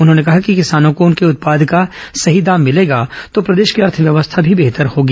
उन्होंने कहा कि किसानों को उनके उत्पाद का सही दाम भिलेगा तो प्रदेश की अर्थव्यवस्था भी बेहतर होगी